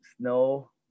snow